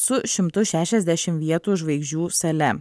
su šimtu šešiasdešim vietų žvaigždžių sale